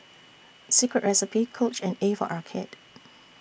Secret Recipe Coach and A For Arcade